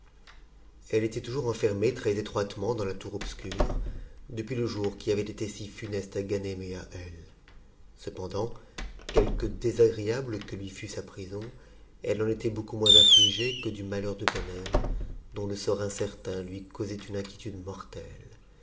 elle était toujours enfermée très-étroitement dans la tour obscure depuis le jour qui avait été si funeste à ganem et à elle cependant quelque désagréable que lui fut sa prison elle en était beaucoup moins afbigée que du malheur de ganem dont le sort incertain lui causait une inquiétude mortelle